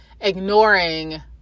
ignoring